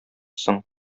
соң